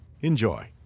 Enjoy